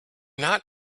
not